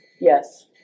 Yes